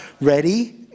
Ready